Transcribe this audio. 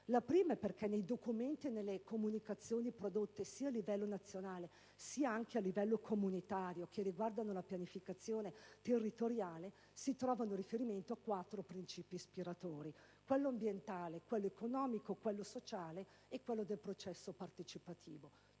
la prima, nei documenti e nelle comunicazioni prodotte, sia a livello nazionale sia a livello comunitario, che riguardano la pianificazione territoriale, si trovano riferimenti a quattro principi ispiratori delle scelte territoriali: quello ambientale, quello economico, quello sociale e quello del processo partecipativo.